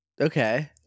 Okay